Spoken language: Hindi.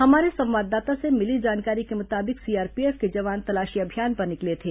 हमारे संवाददाता से मिली जानकारी के मुताबिक सीआरपीएफ के जवान तलाशी अभियान पर निकले थे